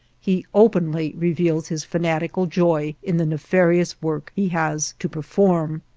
he openly reveals his fanatical joy in the nefarious work he has to perform.